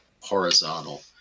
horizontal